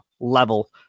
level